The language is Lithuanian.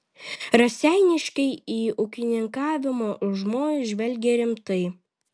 raseiniškiai į ūkininkavimo užmojus žvelgė rimtai